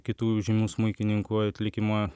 kitų žymių smuikininkų atlikimą